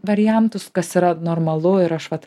variantus kas yra normalu ir aš vat